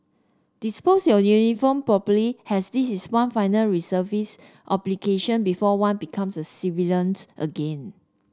dispose your uniform properly as this is one final reservist obligation before one becomes a civilian again